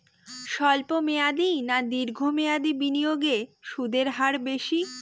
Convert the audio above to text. স্বল্প মেয়াদী না দীর্ঘ মেয়াদী বিনিয়োগে সুদের হার বেশী?